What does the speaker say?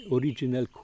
original